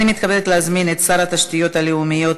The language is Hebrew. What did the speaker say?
אני מתכבדת להזמין את שר התשתיות הלאומיות,